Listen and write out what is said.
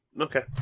Okay